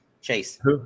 Chase